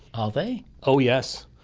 ah they? oh yes,